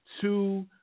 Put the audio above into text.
two